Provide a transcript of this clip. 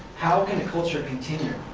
how can a culture continue,